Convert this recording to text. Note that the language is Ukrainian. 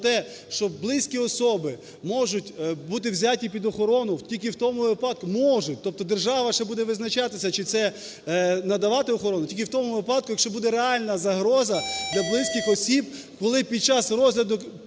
про те, що близькі особи можуть бути взяті під охорону тільки в тому випадку. Можуть. Тобто держава ще буде визначатися, чи це надавати охорону. Тільки в тому випадку, якщо буде реальна загроза для близьких осіб. Коли під час розгляду